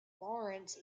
lawrence